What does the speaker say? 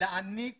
להעניק